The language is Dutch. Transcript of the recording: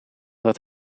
dat